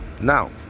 Now